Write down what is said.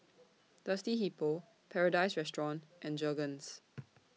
Thirsty Hippo Paradise Restaurant and Jergens